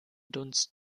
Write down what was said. dunst